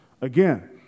again